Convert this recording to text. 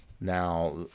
Now